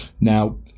Now